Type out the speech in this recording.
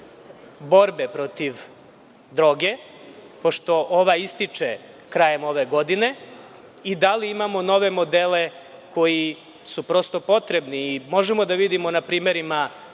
borbe protiv droge, pošto ova ističe krajem ove godine i da li imamo nove modele koji su prosto potrebni i možemo da vidimo na primerima